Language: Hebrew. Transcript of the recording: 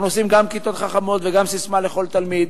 אנחנו עושים גם כיתות חכמות וגם ססמה לכל תלמיד,